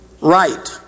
right